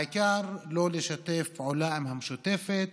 העיקר לא לשתף פעולה עם המשותפת